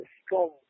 strong